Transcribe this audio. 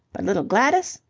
but little gladys?